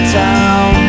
town